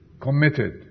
Committed